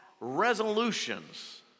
resolutions